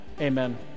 amen